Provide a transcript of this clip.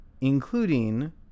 including